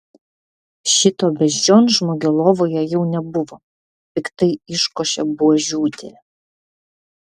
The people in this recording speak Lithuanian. šito beždžionžmogio lovoje jau nebuvo piktai iškošė buožiūtė